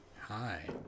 Hi